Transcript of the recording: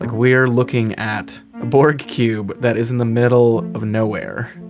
like we are looking at a borg cube that is in the middle of nowhere.